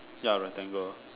ya rectangle